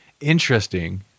interesting